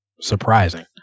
surprising